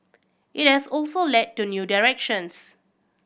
it has also led to new directions